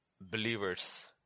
believers